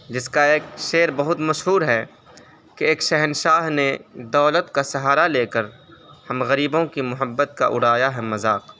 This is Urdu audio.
جس کا ایک شعر بہت مشہور ہے کہ اک شہنشاہ نے دولت کا سہارا لے کر ہم غریبوں کی محبت کا اڑایا ہے مذاق